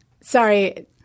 Sorry